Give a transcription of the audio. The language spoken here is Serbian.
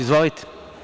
Izvolite.